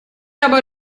aber